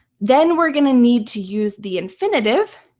then we're going to need to use the infinitive,